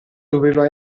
doveva